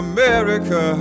America